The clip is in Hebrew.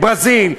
ברזיל,